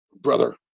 brother